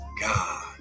God